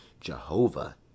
Jehovah